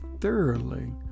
thoroughly